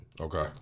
okay